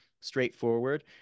straightforward